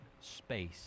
space